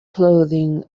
clothing